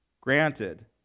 granted